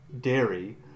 dairy